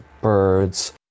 birds